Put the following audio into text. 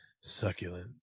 succulent